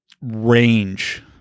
range